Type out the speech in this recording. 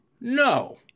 No